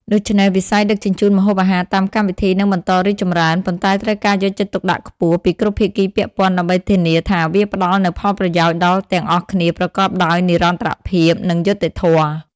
ដូច្នេះ វិស័យដឹកជញ្ជូនម្ហូបអាហារតាមកម្មវិធីនឹងបន្តរីកចម្រើន ប៉ុន្តែត្រូវការការយកចិត្តទុកដាក់ខ្ពស់ពីគ្រប់ភាគីពាក់ព័ន្ធដើម្បីធានាថាវាផ្តល់នូវផលប្រយោជន៍ដល់ទាំងអស់គ្នាប្រកបដោយនិរន្តរភាព និងយុត្តិធម៌។